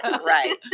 Right